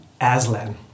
Aslan